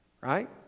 Right